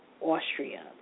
Austria